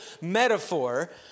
metaphor